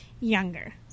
younger